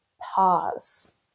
pause